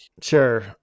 Sure